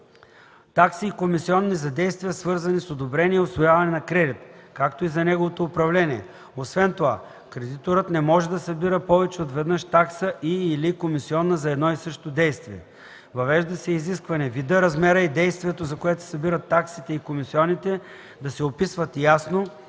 такси и комисионни за действия, свързани с одобрение и усвояване на кредит, както и за неговото управление. Освен това кредиторът не може да събира повече от веднъж такса и/или комисиона за едно и също действие. Въвежда се изискване видът, размерът и действието, за което се събират таксите и комисионите, да се описват ясно